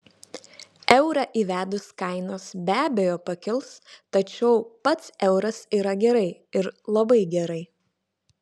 eurą įvedus kainos be abejo pakils tačiau pats euras yra gerai ir labai gerai